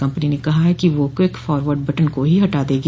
company ने कहा है कि वह क्विकफॉवर्ड बटन को ही हटा देगी